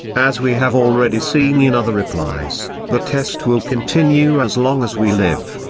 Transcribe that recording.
as we have already seen in other replies, the test will continue as long as we live.